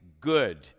good